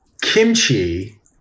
kimchi